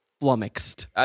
flummoxed